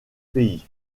pays